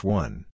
one